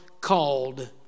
called